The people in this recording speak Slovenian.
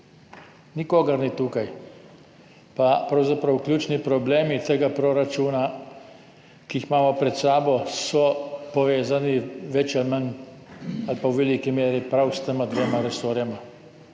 Nikogar ni tukaj. Pa so pravzaprav ključni problemi tega proračuna, ki ga imamo pred sabo, povezani več ali manj ali pa v veliki meri prav s tema dvema resorjema,